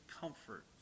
comfort